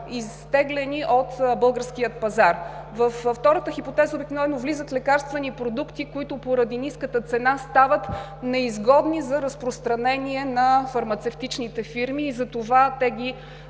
изтеглени от българския пазар. Във втората хипотеза обикновено влизат лекарствени продукти, които поради ниската цена стават неизгодни за разпространение на фармацевтичните фирми и затова ги